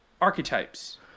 Archetypes